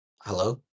hello